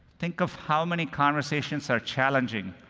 think of how many conversations are challenging,